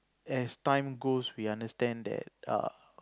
as time goes we understand that err